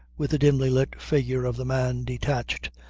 with the dimly lit figure of the man detached,